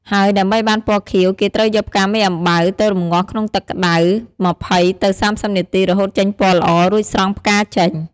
ហើយដើម្បីបានពណ៌ខៀវគេត្រូវយកផ្កាមេអំបៅ ទៅរំងាស់ក្នុងទឹកក្ដៅ ២០ ទៅ៣០នាទី រហូតចេញពណ៌ល្អ រួចស្រង់ផ្កាចេញ។